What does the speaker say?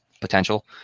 Potential